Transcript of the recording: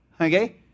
Okay